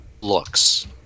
looks